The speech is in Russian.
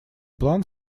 план